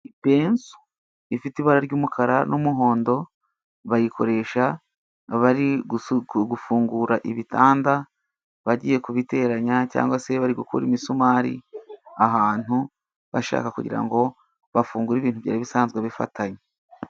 Ipenso ifite ibara ry'umukara n'umuhondo bayikoresha bari gufungura ibitanda, bagiye kubiteranya cyangwa se bari gukura imisumari ahantu bashaka, kugira ngo bafungure ibintu byari bisanzwe bifatanye.